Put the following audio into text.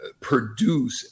produce